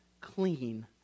clean